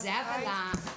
עושה.